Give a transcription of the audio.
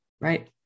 Right